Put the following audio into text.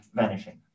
vanishing